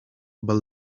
but